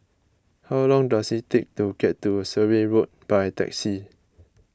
how long does it take to get to Surrey Road by taxi